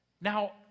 Now